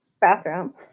bathroom